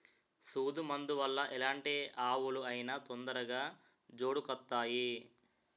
సూదు మందు వల్ల ఎలాంటి ఆవులు అయినా తొందరగా జోడుకొత్తాయి